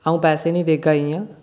अ'ऊं पैसे नेईं देगा इ'यां